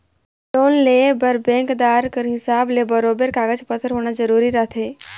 loan लेय बर बेंकदार कर हिसाब ले बरोबेर कागज पाथर होना जरूरी रहथे